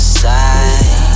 side